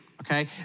Okay